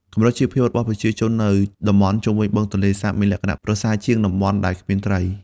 កម្រិតជីវភាព របស់ប្រជាជននៅតំបន់ជុំវិញបឹងទន្លេសាបមានលក្ខណៈប្រសើរជាងតំបន់ដែលគ្មានត្រី។